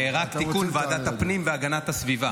רק תיקון: ועדת הפנים והגנת הסביבה.